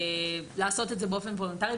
נכונות לעשות את זה באופן וולונטרי,